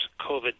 COVID